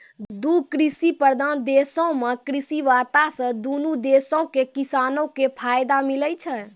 दु कृषि प्रधान देशो मे कृषि वार्ता से दुनू देशो के किसानो के फायदा मिलै छै